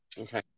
Okay